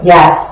Yes